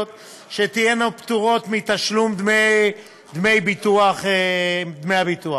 שתהיינה פטורות מתשלום דמי הביטוח.